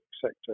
sector